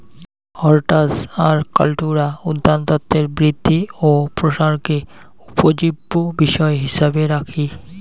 হরটাস আর কাল্টুরা উদ্যানতত্বের বৃদ্ধি ও প্রসারকে উপজীব্য বিষয় হিছাবে রাখি